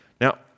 Now